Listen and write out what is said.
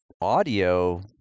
audio